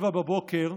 07:00,